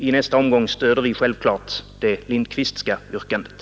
I nästa omgång stöder vi då självfallet det Lindkvistska yrkandet.